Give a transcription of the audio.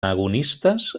agonistes